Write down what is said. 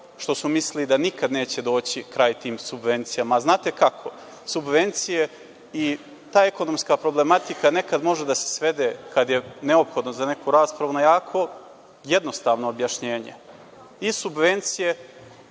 što su mislili da nikad neće doći kraj tim subvencijama. Znate kako, subvencije i ta ekonomska problematika nekad može da se svede, kad je neophodno za neku raspravu, na jako jednostavno objašnjenje. I subvencije